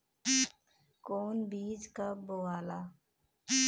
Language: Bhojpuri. कौन बीज कब बोआला?